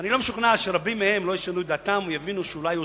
ואני לא משוכנע שרבים מהם לא ישנו את דעתם או יבינו שאולי הוטעו.